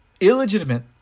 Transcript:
Illegitimate